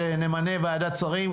שנמנה ועדת שרים.